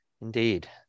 indeed